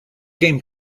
game